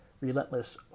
Relentless